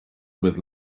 with